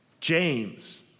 James